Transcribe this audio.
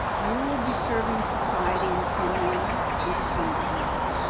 you will be serving society in some manner and to some degree.